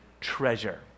treasure